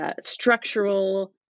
structural